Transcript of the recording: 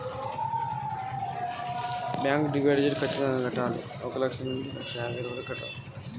Utility service వాడాలంటే bank లో ఏమైనా డిపాజిట్ కట్టాలా?